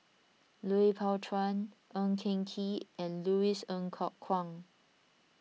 Lui Pao Chuen Ng Eng Kee and Louis Ng Kok Kwang